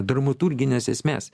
dramaturginės esmės